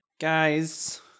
Guys